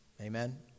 Amen